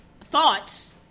thoughts –